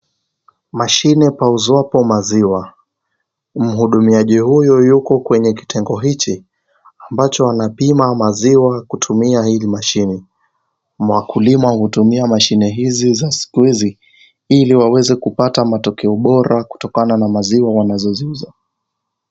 Mashine pauzwapo maziwa. Mhudumiaji huyu yuko kwenye kitengo hichi, ambapo anapima maziwa kutumia hili mashine. Wakulima hutumia mashine hizi za siku hizi ili waweze kupata matokeo bora kutokana na maziwa wanazo ziuza.